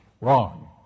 Wrong